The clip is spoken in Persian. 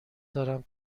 دارم